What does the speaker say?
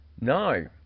No